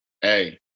Hey